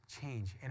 change